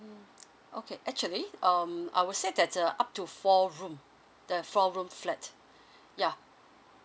okay actually um I will say that uh up to four room the four room flat ya